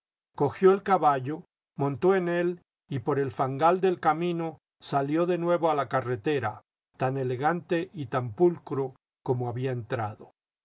cogió el caballo montó en él y por el fangal del camino salió de nuevo a la carretera tan elegante y tan pulcro como había entrado